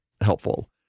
helpful